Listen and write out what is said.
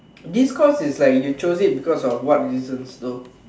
this course is like you chose it because of what reasons though